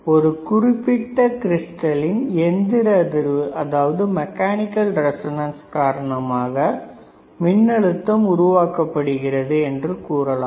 ஒரு குறிப்பிட்ட கிரிஸ்டலின் இயந்திர அதிர்வின் காரணமாக மின்னழுத்தம் உருவாக்கப்படுகிறது என்று கூறலாம்